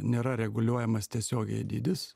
nėra reguliuojamas tiesiogiai dydis